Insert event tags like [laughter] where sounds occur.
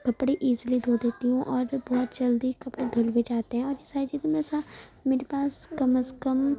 کپڑے ایزیلی دھو دیتی ہوں اور بہت جلدی کپڑے دھل بھی جاتے ہیں [unintelligible] ایسا میرے پاس کم از کم